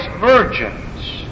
virgins